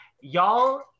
Y'all